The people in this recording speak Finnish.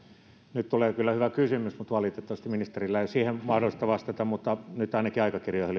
nyt tulee kyllä hyvä kysymys vaikka valitettavasti ministerillä ei ole siihen mahdollisuutta vastata mutta ainakin aikakirjoihin